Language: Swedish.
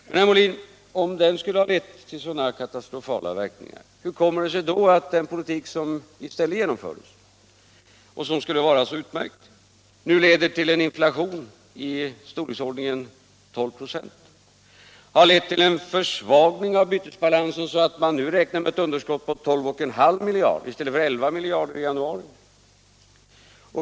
Men, herr Molin, om den skulle ha fått sådana katastrofala verkningar, hur kommer det sig då att den politik som i stället genomfördes och som skulle vara så utmärkt nu leder till en inflation i storleksordningen 12 96 och har lett till en försvagning av bytesbalansen, så att man nu räknar med ett underskott på 12,5 miljarder kronor i stället för 11 miljarder i januari?